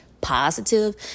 positive